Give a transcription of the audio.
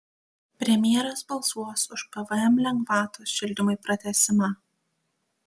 premjeras balsuos už pvm lengvatos šildymui pratęsimą